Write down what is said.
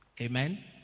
Amen